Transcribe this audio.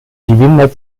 gewinner